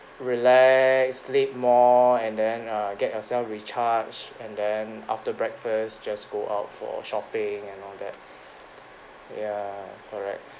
relaxed sleep more and then err get yourself recharged and then after breakfast just go out for shopping and all that ya correct